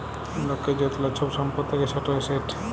লকের য্তলা ছব ছম্পত্তি থ্যাকে সেট এসেট